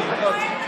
כואב,